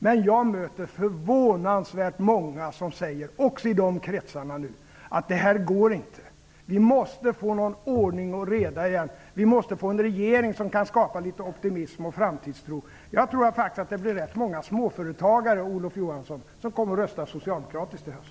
Men jag möter nu förvånansvärt många som också i dessa kretsar säger: Det här går inte. Vi måste få någon ordning och reda igen. Vi måste få en regering som kan skapa litet optimism och framtidstro. Jag tror faktiskt att ganska många småföretagare, Olof Johansson, kommer att rösta socialdemokratiskt i höst.